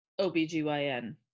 OBGYN